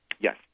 Yes